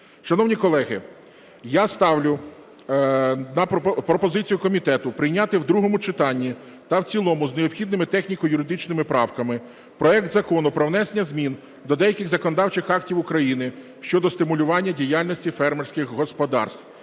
Шановні колеги, я ставлю на пропозицію комітету прийняти в другому читанні та в цілому з необхідними техніко-юридичними правками проект Закону про внесення змін до деяких законодавчих актів України щодо стимулювання діяльності фермерських господарств